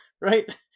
right